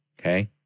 okay